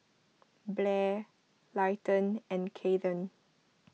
Blair Leighton and Kathern